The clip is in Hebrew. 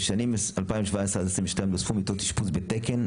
בשנים 2017-22 נוספו מיטות אשפוז בתקן,